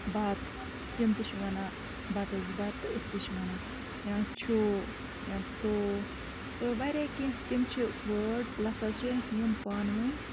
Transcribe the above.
بات تِم تہِ وَنان بَتَس بَتہٕ تہٕ أسۍ تہِ چھِ وَنان یا چھو یا تو تہٕ واریاہ کینٛہہ تِم چھِ وٲڈ لفظ چھِ یِم پانہٕ ؤنۍ